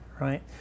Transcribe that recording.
right